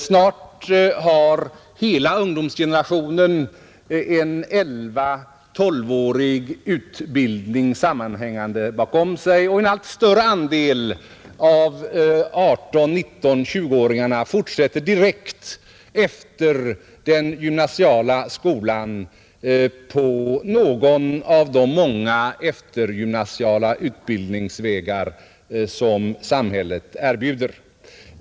Snart har hela ungdomsgenerationen en 11—12-årig sammanhängande utbildning bakom sig. En allt större andel av 18—-19—20-åringarna fortsätter direkt efter den gymnasiala skolan på någon av de många eftergymnasiala utbildningsvägar som samhället erbjuder.